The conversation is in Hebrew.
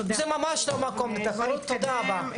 תודה רבה.